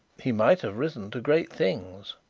he might have risen to great things.